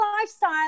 lifestyle